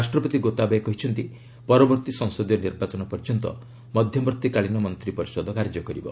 ରାଷ୍ଟ୍ରପତି ଗୋତାବୟେ କହିଛନ୍ତି ପରବର୍ତ୍ତୀ ସଂସଦୀୟ ନିର୍ବାଚନ ପର୍ଯ୍ୟନ୍ତ ମଧ୍ୟବର୍ତ୍ତୀକାଳୀନ ମନ୍ତ୍ରୀ ପରିଷଦ କାର୍ଯ୍ୟ କରିବ